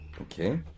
Okay